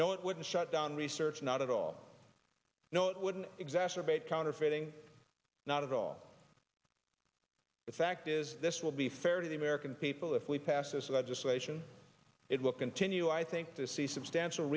no it wouldn't shut down research not at all no it wouldn't exacerbate counterfeiting not at all the fact is this will be fair to the american people if we pass this legislation it will continue i think to see substantial